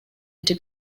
into